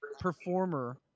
Performer